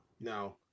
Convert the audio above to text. No